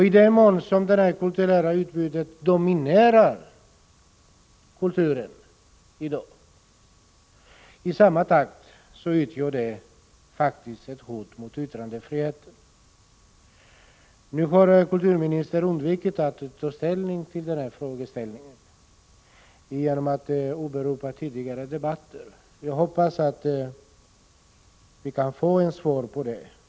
I den mån detta kulturella utbud dominerar kulturen i dag utgör den faktiskt ett hot mot yttrandefriheten. Nu har kulturministern undvikit att ta ställning till den här frågan genom att åberopa tidigare debatter. Jag hoppas att vi kan få ett svar på frågan.